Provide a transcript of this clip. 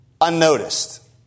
unnoticed